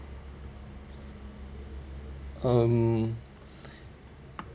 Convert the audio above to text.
mm